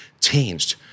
changed